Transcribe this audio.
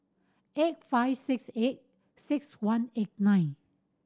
eight five six eight six one eight nine